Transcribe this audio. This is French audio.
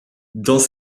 dans